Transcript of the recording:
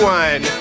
one